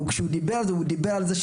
וכשהוא דיבר על זה,